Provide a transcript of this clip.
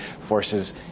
forces